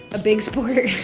a big sport. a